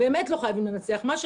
באמת לא חייבים לנצח.